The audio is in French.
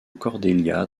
cordelia